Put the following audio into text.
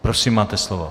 Prosím, máte slovo.